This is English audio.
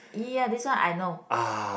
ya this one I know